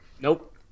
Nope